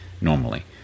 normally